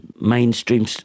mainstream